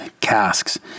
casks